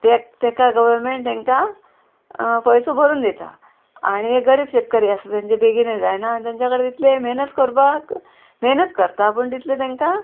तेक तेका गवर्नमेंट तेंकां पयसो भरून दिता आनी गरीब शेतकरी आसा तेंचे बेगीनय जायना आनी तेंच्या कडेन तितलें मेहनत करपाक मेहनत करता पूण तितलें तेंकां